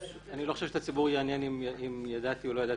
אני לא חושב שיעניין את הציבור אם ידעתי או לא ידעתי.